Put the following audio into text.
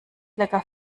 lecker